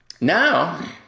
now